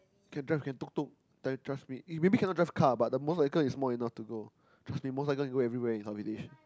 can drive can tuk-tuk then drive me you maybe cannot drive car but the motorcycle is small enough to go trust me motorcycle can go everywhere in Southeast-Asia